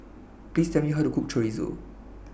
Please Tell Me How to Cook Chorizo